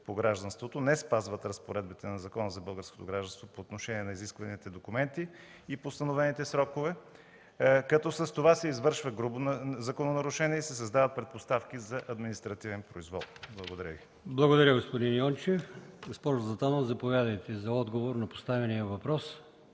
по гражданството не спазват разпоредбите на Закона за българското гражданство по отношение на изискваните документи и постановените срокове, като с това се извършва грубо закононарушение и се създават предпоставки за административен произвол?! Благодаря. ПРЕДСЕДАТЕЛ АЛИОСМАН ИМАМОВ: Благодаря, господин Йончев. Госпожо Златанова, заповядайте за отговор на поставения въпрос.